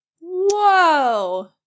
Whoa